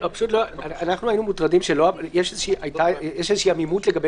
אנחנו היינו מוטרדים שיש עמימות לגבי